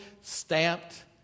stamped